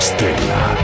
Stella